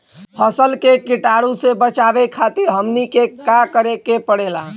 फसल के कीटाणु से बचावे खातिर हमनी के का करे के पड़ेला?